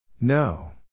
No